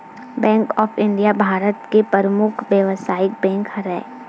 bank of India भारत के परमुख बेवसायिक बेंक हरय